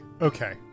okay